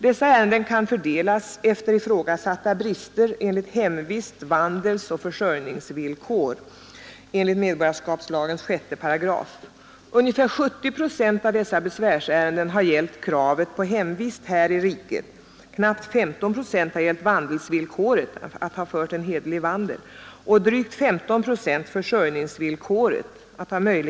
Dessa ärenden kan fördelas efter ifrågasatta brister vad gäller hemvist-, vandelsoch försörjningsvillkor enligt medborgarskapslagens 6 §. Ungefär 70 procent av dessa besvärsärenden har gällt kravet på hemvist här i riket, knappt 15 procent har gällt vandelsvillkoret och drygt 15 procent försörjningsvillkoret .